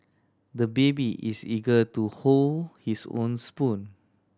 the baby is eager to hold his own spoon